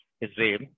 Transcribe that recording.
Israel